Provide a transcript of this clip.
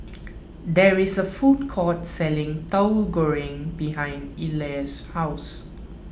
there is a food court selling Tahu Goreng behind Ellar's house